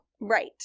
Right